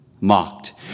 mocked